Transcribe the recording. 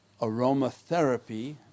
aromatherapy